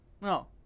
No